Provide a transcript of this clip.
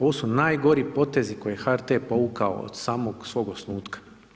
Ovo su najgori potezi koje je HRT povukao od samog svog osnutka.